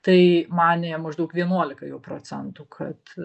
tai manė maždaug vienuolika jau procentų kad